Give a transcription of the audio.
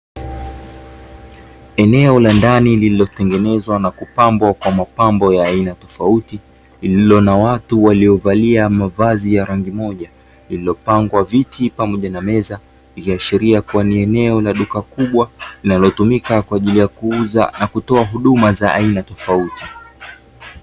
Eneo la ndani lililotengenezwa na kupambwa kwa mapambo ya aina tofauti iliyo na watu waliovalia mavazi ya rangi moja iliyopangwa viti pamoja na meza, ikiashiria kuwa ni eneo la duka kubwa linalotumika kwa ajili ya kuuza na kutoa huduma za aina tofauti.